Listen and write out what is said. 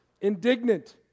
indignant